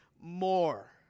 more